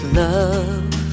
love